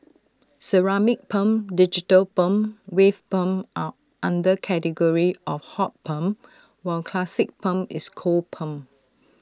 ceramic perm digital perm wave perm are under category of hot perm while classic perm is cold perm